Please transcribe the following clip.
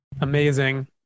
Amazing